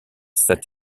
set